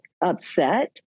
upset